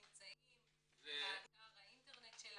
שנמצאים באתר האינטרנט שלנו.